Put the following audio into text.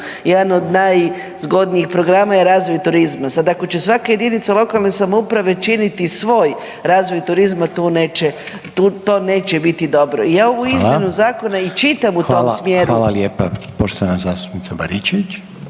jedan od najzgodnijih programa je razvoj turizma. Sad ako će svaka jedinica lokalne samouprave činiti svoj razvoja turizma to neće biti dobro. Ja ovu izmjenu zakona i čitam u tom smjeru. **Reiner, Željko (HDZ)** Hvala lijepa. Poštovana zastupnica Baričević.